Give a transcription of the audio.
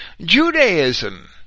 Judaism